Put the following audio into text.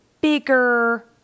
bigger